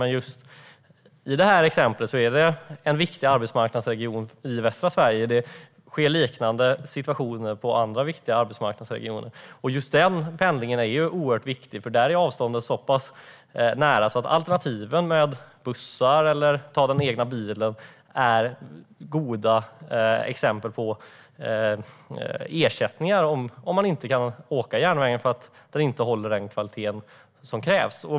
Men just i det här exemplet är det en viktig arbetsmarknadsregion i västra Sverige - liknande situationer finns i andra viktiga arbetsmarknadsregioner - och just denna pendling är oerhört viktig eftersom avstånden är så små att alternativen med buss eller egen bil är bra ersättningar för järnvägen om denna inte håller den kvalitet som krävs.